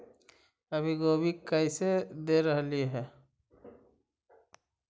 अभी गोभी कैसे दे रहलई हे?